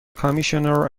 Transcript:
commissioner